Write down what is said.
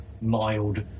mild